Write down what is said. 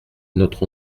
notre